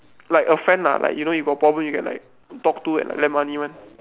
like a friend ah like you know you got problem you can like talk to and like lend money [one]